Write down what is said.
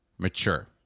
Mature